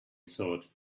thought